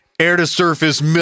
Air-to-surface